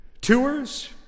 Tours